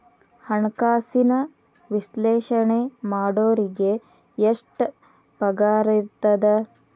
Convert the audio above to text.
ಹಣ್ಕಾಸಿನ ವಿಶ್ಲೇಷಣೆ ಮಾಡೋರಿಗೆ ಎಷ್ಟ್ ಪಗಾರಿರ್ತದ?